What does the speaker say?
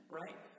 right